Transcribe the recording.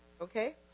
Okay